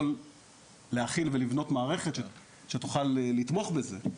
להכיל ולבנות מערכת שתוכל לתמוך בזה,